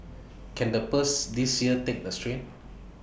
can the purse this year take the strain